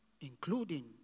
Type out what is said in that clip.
including